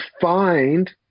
find